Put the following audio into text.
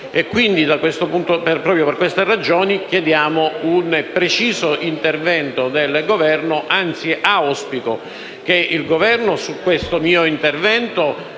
economico. Proprio per queste ragioni chiediamo un preciso intervento del Governo; anzi, auspico che risponda a questo mio intervento